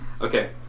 Okay